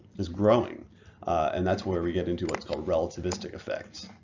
it's growing and that's where we get into what's called relativistic effects.